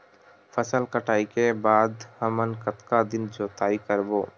फसल कटाई के बाद हमन कतका दिन जोताई करबो?